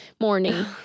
morning